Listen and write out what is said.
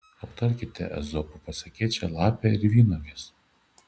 aptarkite ezopo pasakėčią lapė ir vynuogės